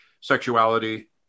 sexuality